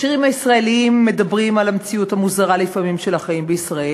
השירים הישראליים מדברים על המציאות המוזרה לפעמים של החיים בישראל,